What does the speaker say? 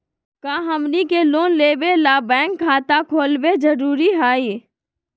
का हमनी के लोन लेबे ला बैंक खाता खोलबे जरुरी हई?